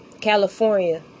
California